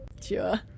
Sure